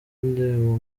indirimbo